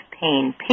pain